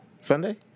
Sunday